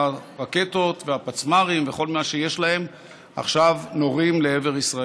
והרקטות והפצמ"רים וכל מה שיש להם עכשיו נורים לעבר ישראל.